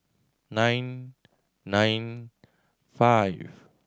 nine nine five